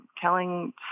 telling